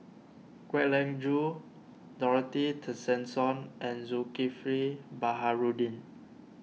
Kwek Leng Joo Dorothy Tessensohn and Zulkifli Baharudin